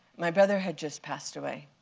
my brother had just passed away.